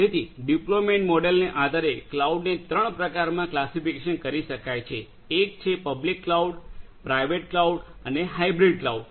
તેથી ડિપ્લોયમેન્ટ મોડેલને આધારે ક્લાઉડને ત્રણ પ્રકારોમાં વર્ગીકૃત કરી શકાય છે એક છે પબ્લિક ક્લાઉડ પ્રાઇવેટ ક્લાઉડ અને હાઈબ્રીડ ક્લાઉડ